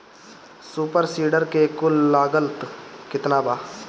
Super seeder के कुल लागत केतना बा?